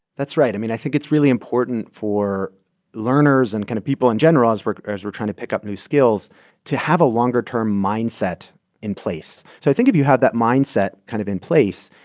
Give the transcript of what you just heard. that's right. i mean, i think it's really important for learners and kind of people in general, as we're as we're trying to pick up new skills to have a longer term mindset in place. so i think if you have that mindset kind of in place,